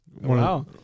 Wow